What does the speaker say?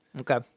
Okay